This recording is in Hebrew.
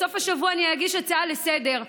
בסוף השבוע אני אגיש הצעה לסדר-היום.